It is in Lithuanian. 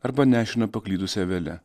arba nešiną paklydusia avele